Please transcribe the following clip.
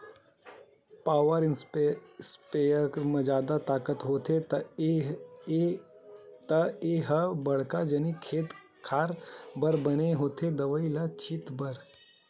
power sprayer म जादा ताकत होथे त ए ह बड़का जनिक खेते खार बर बने होथे दवई ल छिते बर